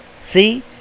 See